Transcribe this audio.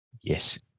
Yes